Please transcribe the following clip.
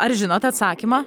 ar žinot atsakymą